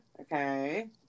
Okay